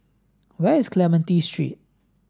where is Clementi Street